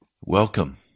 Welcome